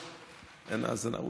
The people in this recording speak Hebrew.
אין האזנה.